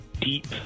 deep